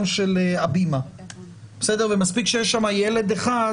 של הבימה ומספיק שיש שם ילד אחד חולה,